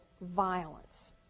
violence